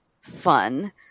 fun